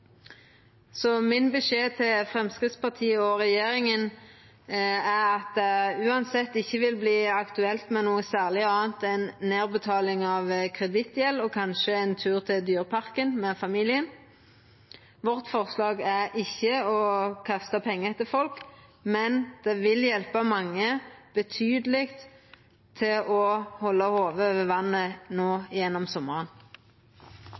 Min beskjed til Framstegspartiet og regjeringa er at det uansett ikkje vil verta aktuelt med noko særleg anna enn nedbetaling av kredittgjeld og kanskje ein tur til dyreparken med familien. Vårt forslag er ikkje å kasta pengar etter folk, men det vil hjelpa mange betydeleg så dei kan halda hovudet over vatnet gjennom sommaren.